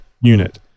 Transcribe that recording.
unit